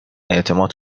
اعتماد